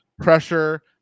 pressure